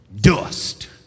dust